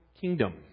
kingdom